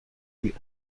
بیاد